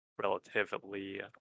relatively